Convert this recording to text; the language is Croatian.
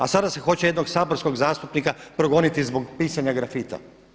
A sada se hoće jednog saborskog zastupnika progoniti zbog pitanja grafita.